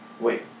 wait